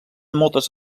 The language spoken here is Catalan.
moltes